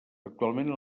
actualment